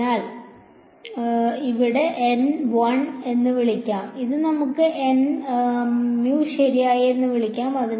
നമുക്ക് ഇതിനെ n 1 എന്ന് വിളിക്കാം നമുക്ക് ഇതിനെ ശരി എന്ന് വിളിക്കാം